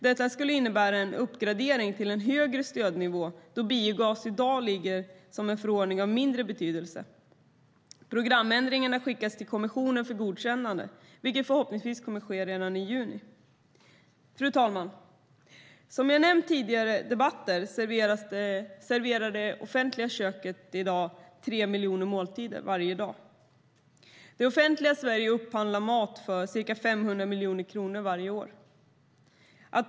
Detta skulle innebära en uppgradering till en högre stödnivå då biogas i dag ligger under en förordning av mindre betydelse. Programändringen har skickats till kommissionen för godkännande, vilket förhoppningsvis kommer att ske redan i juni. Fru talman! Som jag nämnt i tidigare debatter serverar det offentliga köket 3 miljoner måltider varje dag. Det offentliga Sverige upphandlar för ca 500 miljarder kronor varje år.